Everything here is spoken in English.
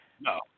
No